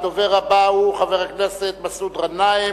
הדובר הבא הוא חבר הכנסת מסעוד גנאים.